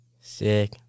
sick